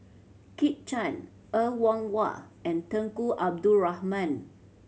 Kit Chan Er Wong Wah and Tunku Abdul Rahman